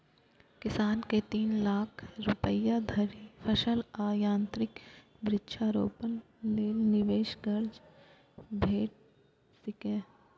किसान कें तीन लाख रुपया धरि फसल आ यंत्रीकरण, वृक्षारोपण लेल निवेश कर्ज भेट सकैए